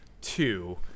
two